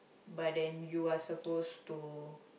but then you are supposed to